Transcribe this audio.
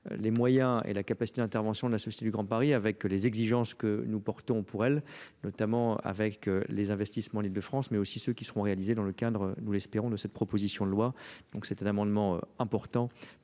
les moyens et la capacité d'intervention de la société du grand paris avec les exigences que nous portons pour elles notamment avec les investissements en île de France mais aussi ceux qui seront réalisés dans le cadre nous l'espérons de cette proposition de loi, c'est un amendement important